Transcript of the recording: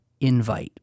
invite